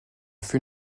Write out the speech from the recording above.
fut